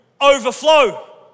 Overflow